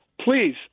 Please